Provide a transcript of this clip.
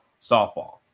softball